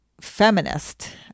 feminist